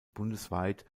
bundesweit